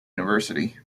university